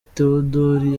tewodori